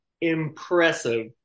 impressive